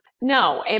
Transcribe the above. No